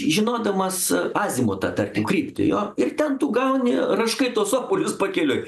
žinodamas azimutą tarkim kryptį jo ir ten tu gauni raškai tuos obuolius pakeliui